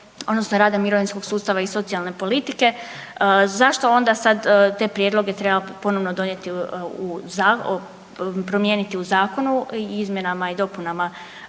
odnosno rada, mirovinskog sustava i socijalne politike zašto onda sad te prijedloge treba ponovno donijeti, promijeniti u zakonu, izmjenama i dopunama